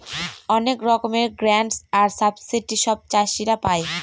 অনেক রকমের গ্রান্টস আর সাবসিডি সব চাষীরা পাই